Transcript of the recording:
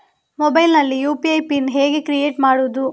Mobile ನಲ್ಲಿ UPI pin ಹೇಗೆ create ಮಾಡುವುದು?